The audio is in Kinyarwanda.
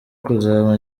kuzaba